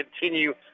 continue